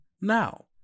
now